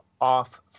off